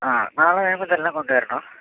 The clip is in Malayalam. അ നാളെ വരുമ്പോൾ ഇതെല്ലാം കൊണ്ടുവരണം